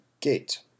gate